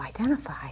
identify